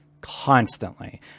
Constantly